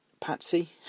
Patsy